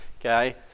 Okay